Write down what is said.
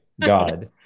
God